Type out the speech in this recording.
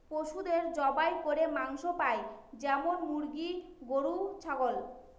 পশুদের জবাই করে মাংস পাই যেমন মুরগি, গরু, ছাগল